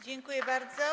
Dziękuję bardzo.